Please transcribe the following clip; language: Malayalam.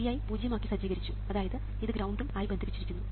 Vi പൂജ്യം ആക്കി സജ്ജീകരിച്ചു അതായത് ഇത് ഗ്രൌണ്ടും ആയി ബന്ധിപ്പിച്ചിരിക്കുന്നു